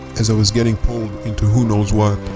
as i was getting pulled into who knows what,